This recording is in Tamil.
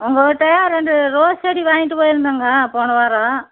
உங்கக்கிட்ட ரெண்டு ரோஸ் செடி வாங்கிட்டு போயிருந்தோங்க போன வாரம்